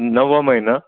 नववा महिना